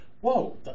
whoa